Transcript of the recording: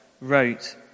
wrote